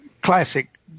classic